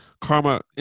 karma